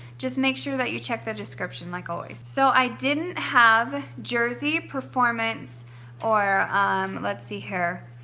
just make sure that you check the description like always. so i didn't have jersey performance or let's see here,